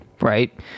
right